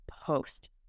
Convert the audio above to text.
post